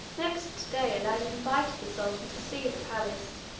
next day aladdin invited the sultan to see the palace.